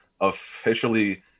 officially